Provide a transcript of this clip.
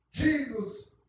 Jesus